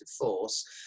force